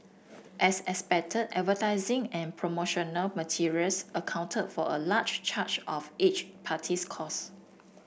as expected advertising and promotional materials accounted for a large charge of each party's costs